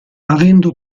avendo